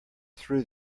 threw